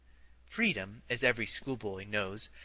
freedom, as every schoolboy knows,